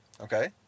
okay